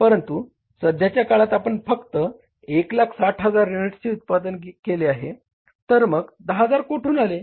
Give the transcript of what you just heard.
परंतु सध्याच्या काळात आपण फक्त 160000 युनिट्सचे उत्पादन केले आहे तर मग हे 10000 कोठून आले